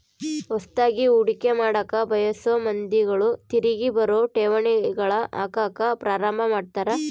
ಹೊಸದ್ಗಿ ಹೂಡಿಕೆ ಮಾಡಕ ಬಯಸೊ ಮಂದಿಗಳು ತಿರಿಗಿ ಬರೊ ಠೇವಣಿಗಳಗ ಹಾಕಕ ಪ್ರಾರಂಭ ಮಾಡ್ತರ